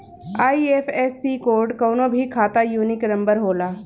IFSC code कवनो भी खाता यूनिक नंबर होला